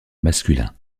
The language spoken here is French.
masculin